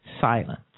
silent